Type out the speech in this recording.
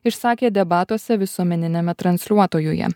išsakė debatuose visuomeniniame transliuotojuje